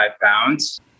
pounds